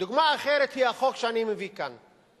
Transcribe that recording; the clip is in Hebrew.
דוגמה אחרת היא החוק שאני מביא כאן.